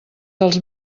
dels